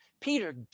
Peter